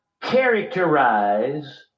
characterize